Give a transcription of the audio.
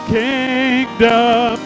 kingdom